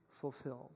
fulfilled